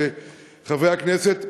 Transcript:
ולחברי הכנסת,